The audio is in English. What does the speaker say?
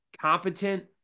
competent